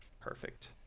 Perfect